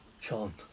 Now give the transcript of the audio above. Sean